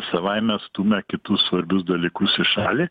savaime stumia kitus svarbius dalykus į šalį